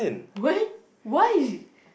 why why is